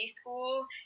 school